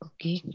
Okay